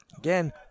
Again